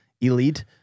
elite